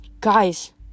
Guys